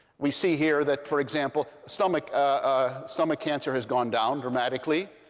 we see here that, for example, stomach ah stomach cancer has gone down dramatically.